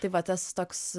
tai va tas toks